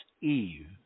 Eve